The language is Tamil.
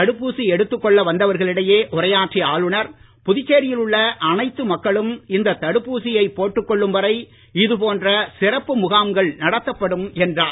தடுப்பூசி கொள்ள வந்தவர்களிடையே உரையாடிய எடுத்துக் ஆளுநர் புதுச்சேரியில் உள்ள அனைத்து மக்களும் இந்த தடுப்பூசியை எடுத்துக் கொள்ளும் வரை இது போன்ற சிறப்பு முகாம்கள் நடத்தப்படும் என்றார்